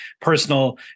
personal